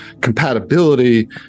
compatibility